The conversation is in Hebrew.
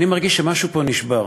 אני מרגיש שמשהו פה נשבר.